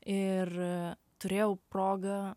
ir turėjau progą